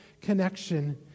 connection